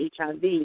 HIV